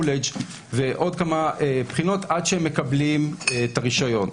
ועוד כמה בחינות עד שהם מקבלים את הרישיון.